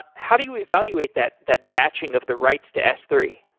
how do you evaluate that that batching of the rights to s three?